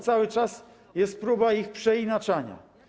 Cały czas jest próba ich przeinaczania.